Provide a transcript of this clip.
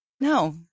No